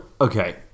okay